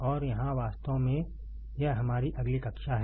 और यहाँ वास्तव में यह हमारी अगली कक्षा है